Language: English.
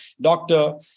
Doctor